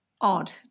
odd